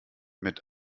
mit